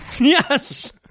Yes